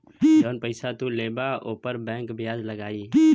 जौन पइसा तू लेबा ऊपर बैंक बियाज लगाई